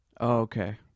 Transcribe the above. Okay